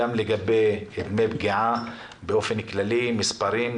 גם לגבי דמי פגיעה באופן כללי מספרים,